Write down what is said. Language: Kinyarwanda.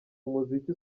umuziki